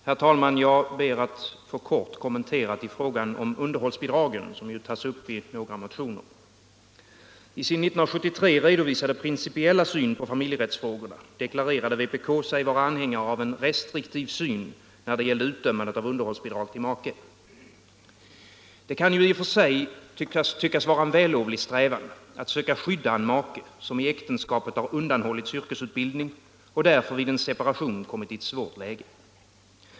Herr talman! Jag ber att helt kort få kommentera frågan om underhållsbidragen, som tas upp i några motioner. I sin 1973 redovisade principiella syn på familjerättsfrågorna förklarade sig vpk vara anhängare av en restriktiv syn när det gällde utdömande av underhållsbidrag till make. Det kan tyckas i och för sig vara en vällovlig strävan att söka skydda en make som i äktenskapet undanhållits yrkesutbildning och därför vid en separation har kommit i ett svårt läge.